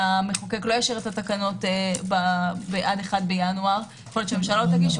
שהמחוקק לא יאשר את התקנות עד 1.1. אולי הממשלה לא תגיש.